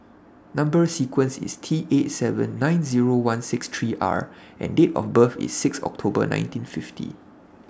Number sequence IS T eight seven nine Zero one six three R and Date of birth IS six October nineteen fifty